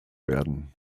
werden